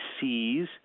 sees